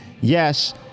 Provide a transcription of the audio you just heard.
yes